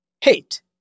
Hate